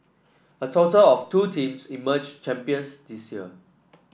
a total of two teams emerged champions this year